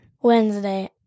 Wednesday